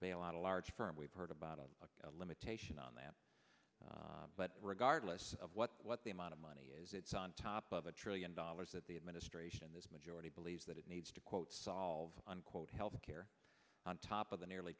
bail out a large firm we've heard about a limitation on that but regardless of what what the amount of money is it's on top of a trillion dollars that the administration this majority believes that it needs to quote solve unquote health care on top of the nearly